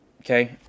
Okay